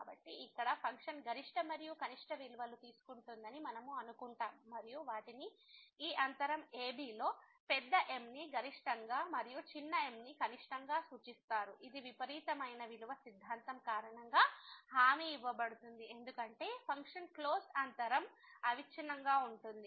కాబట్టి ఇక్కడ ఫంక్షన్ గరిష్ట మరియు కనిష్ట విలువలు తీసుకుంటుందని మనము అనుకుంటాం మరియు వాటిని ఈ అంతరం a b లో పెద్ద M ని గరిష్టంగా మరియు చిన్న m ని కనిష్టంగా సూచిస్తారు ఇది విపరీతమైన విలువ సిద్ధాంతం కారణంగా హామీ ఇవ్వబడుతుంది ఎందుకంటే ఫంక్షన్ క్లోజ్డ్ అంతరం లో అవిచ్ఛిన్నంగా ఉంటుంది